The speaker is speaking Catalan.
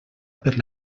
per